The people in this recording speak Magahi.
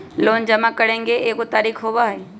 लोन जमा करेंगे एगो तारीक होबहई?